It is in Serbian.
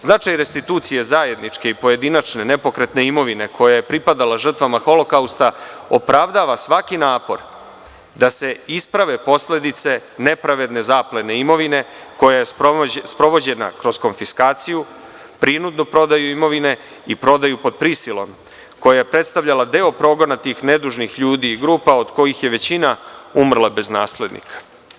Značaj restitucije zajedničke i pojedinačne nepokretne imovine koja je pripadala žrtvama Holokausta opravdava svaki napor da se isprave posledice nepravedne zaplene imovine koja je sprovođena kroz konfiskaciju, prinudnu prodaju imovine i prodaju pod prisilom, koja je predstavljala deo progona tih nedužnih ljudi i grupa, od kojih je većina umrla bez naslednika.